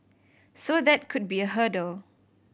so that could be a hurdle